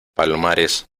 palomares